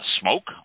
smoke